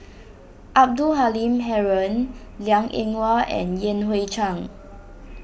Abdul Halim Haron Liang Eng Hwa and Yan Hui Chang